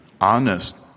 honest